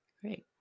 great